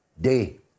day